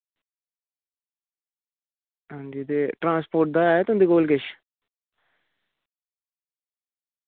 हां जी ते ट्रांसपोर्ट दा ऐ तुंदे कोल किश